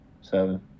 seven